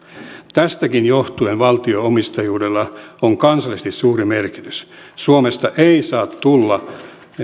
tästäkin johtuen valtio omistajuudella on kansallisesti suuri merkitys suomi ei saa